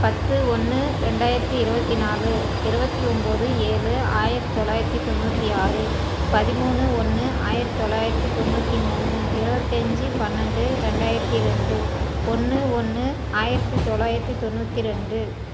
பத்து ஒன்று ரெண்டாயிரத்து இருபத்தி நாலு இருபத்தி ஒம்பது ஏழு ஆயிரத்து தொள்ளாயிரத்து தொண்ணூற்றி ஆறு பதிமூணு ஒன்று ஆயிரத்து தொள்ளாயிரத்து தொண்ணூற்றி மூணு இருபத்தஞ்சு பன்னெண்டு ரெண்டாயிரத்து ரெண்டு ஒன்று ஒன்று ஆயிரத்து தொள்ளாயிரத்து தொண்ணூற்றி ரெண்டு